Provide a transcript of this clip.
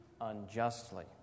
unjustly